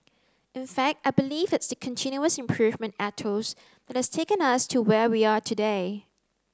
in fact I believe it's the continuous improvement ethos that has taken us to where we are today